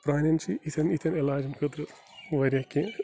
پرٛانٮ۪ن چھِ یِتھٮ۪ن یِتھٮ۪ن علاجن خٲطرٕ واریاہ کیٚنٛہہ